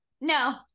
No